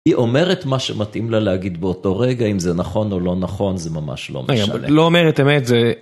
היא אומרת מה שמתאים לה להגיד באותו רגע, אם זה נכון או לא נכון, זה ממש לא משנה. לא אומרת אמת, זה...